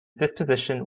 disposition